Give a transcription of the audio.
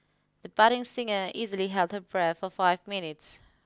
the budding singer easily held her breath for five minutes